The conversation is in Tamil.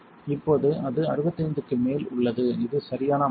இப்போது அது 65 க்கு மேல் உள்ளது இது சரியான அமைப்பு